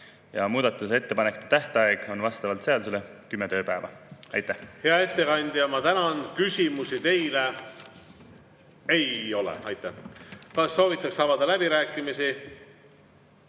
Muudatusettepanekute tähtaeg on vastavalt seadusele kümme tööpäeva. Aitäh! Hea ettekandja, ma tänan! Küsimusi teile ei ole. Kas soovitakse avada läbirääkimisi?